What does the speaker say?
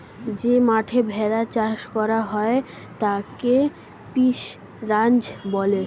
যে মাঠে ভেড়া চাষ করা হয় তাকে শিপ রাঞ্চ বলে